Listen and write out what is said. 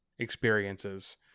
experiences